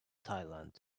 thailand